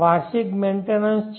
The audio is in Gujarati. વાર્ષિક મેન્ટેનન્સ છે